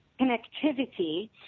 connectivity